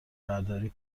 برداری